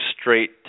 straight